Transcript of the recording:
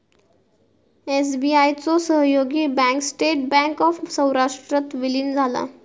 SBI चो सहयोगी bank State Bank of सौराष्ट्रात विलीन झाला